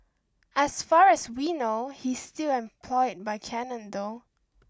as far as we know he's still employed by Canon though